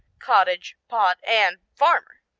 cottage, pot, and farmer.